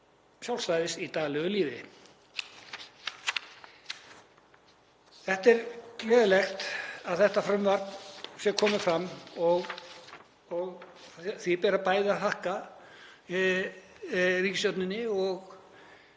sjálfstæðis í daglegu lífi. Það er gleðilegt að þetta frumvarp sé komið fram og því ber bæði að þakka ríkisstjórninni og